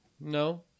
No